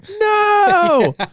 no